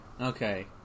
Okay